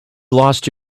lost